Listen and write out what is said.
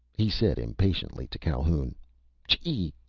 he said impatiently to calhoun chee!